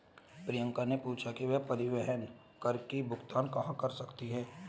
प्रियंका ने पूछा कि वह परिवहन कर की भुगतान कहाँ कर सकती है?